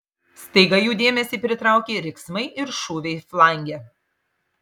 staiga jų dėmesį pritraukė riksmai ir šūviai flange